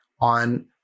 on